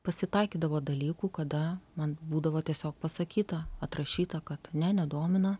pasitaikydavo dalykų kada man būdavo tiesiog pasakyta atrašyta kad ne nedomina